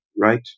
right